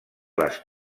les